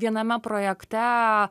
viename projekte